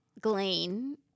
glean